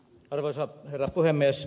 arvoisa herra puhemies